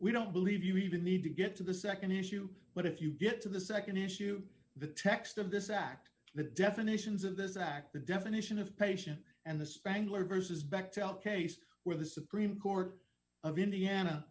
we don't believe you even need to get to the nd issue but if you get to the nd issue the text of this act the definitions of this act the definition of patient and the spangler vs bechtel case where the supreme court of indiana